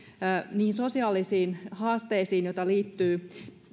niihin sosiaalisiin haasteisiin joita liittyy